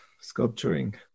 sculpturing